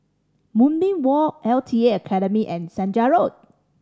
Moonbeam Walk L T A Academy and Senja Road